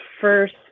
first